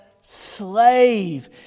Slave